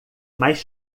mais